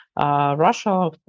Russia